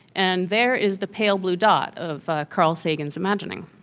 and there is the pale blue dot of ah carl sagan's imagining.